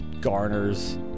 garners